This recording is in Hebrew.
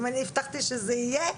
אם אני הבטחתי שזה יהיה,